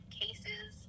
cases